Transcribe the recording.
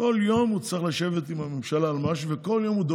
כל יום הוא צריך לשבת עם הממשלה על משהו,